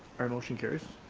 motion carries.